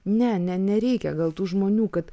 ne ne nereikia gal tų žmonių kad